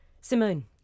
Simone